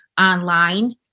online